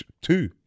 two